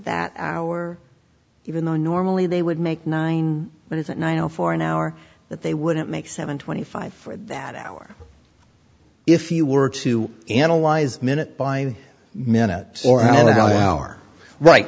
that hour even though normally they would make nine minutes at nine o four an hour that they wouldn't make seven twenty five for that hour if you were to analyze minute by minute or hour right